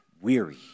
weary